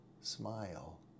smile